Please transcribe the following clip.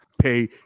Pay